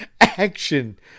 action